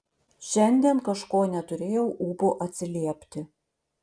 šiandien kažko neturėjau ūpo atsiliepti